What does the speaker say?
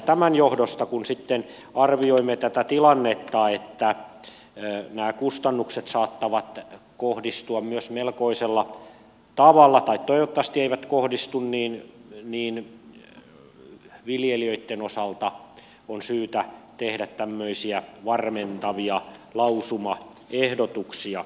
tämän johdosta kun sitten arvioimme tätä tilannetta että näitä kustannuksia saattaa kohdistua myös melkoisella tavalla toivottavasti ei kohdistu viljelijöitten osalta on syytä tehdä tämmöisiä varmentavia lausumaehdotuksia